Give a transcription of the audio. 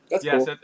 Yes